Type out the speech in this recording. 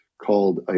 called